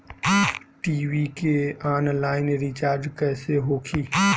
TV के online recharge कैसे होखी?